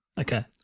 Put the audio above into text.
Okay